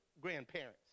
grandparents